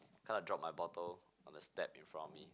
I kinda drop my bottle on the step in front of me